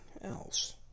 else